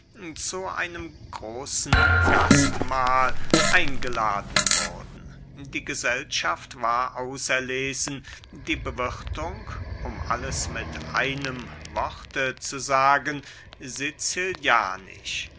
zu einem großen gastmahl eingeladen wurden die gesellschaft war auserlesen die bewirthung um alles mit einem worte zu sagen